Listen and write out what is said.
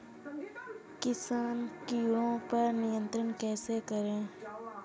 किसान कीटो पर नियंत्रण कैसे करें?